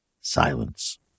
Silence